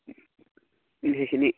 সেইখিনি